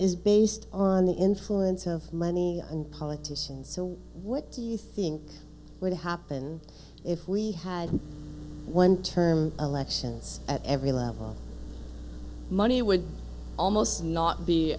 is based on the influence of money and politicians so what do you think would happen if we had one term elections at every level money would almost not be